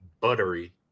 buttery